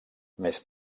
més